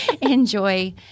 enjoy